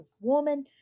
woman